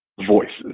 voices